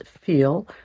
feel